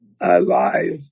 alive